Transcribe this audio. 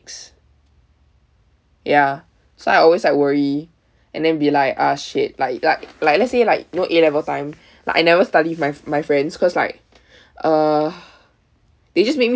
ya so I always like worry and then be like ah shit like like like let's say like you know A'level time like I never study with my my friends because like uh they just make me